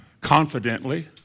confidently